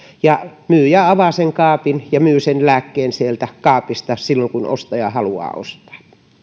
ja myyjä avaa sen kaapin ja myy sen lääkkeen sieltä kaapista silloin kun ostaja haluaa ostaa